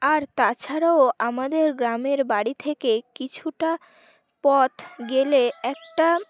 আর তাছাড়াও আমাদের গ্রামের বাড়ি থেকে কিছুটা পথ গেলে একটা